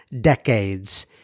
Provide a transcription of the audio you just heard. decades